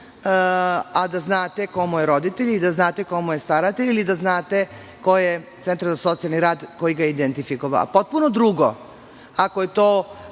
a da znate ko mu je roditelj i da znate ko mu je staratelj ili da znate koji je centar za socijalni rad koji ga je identifikovao. Potpuno je drugo ako je to,